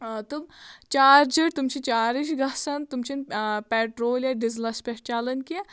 آ تِم چارجِڈ تِم چھِ چارٕج گژھان تِم چھِنہٕ پیٹرول یا ڈِزَلَس پٮ۪ٹھ چَلان کیٚنٛہہ